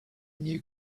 new